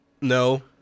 no